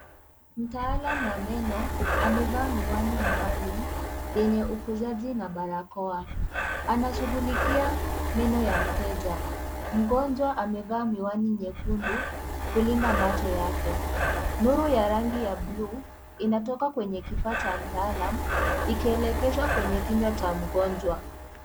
Mtalaamu wa meno amevaa miwani maalum yenye ukuzaji na barakoa. Anashughilikia meno ya mteja. Mgonjwa amevaa miwani nyekundu kulinda macho yake. Nuru ya rangi ya blue inatoka kwenye kifaa cha mtalaaam ikelekeza kwenye kinywa cha mgonjwa.